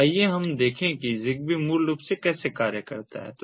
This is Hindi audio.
तो आइए हम देखें कि ZigBee मूल रूप से कैसे कार्य करता है